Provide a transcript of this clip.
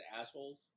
assholes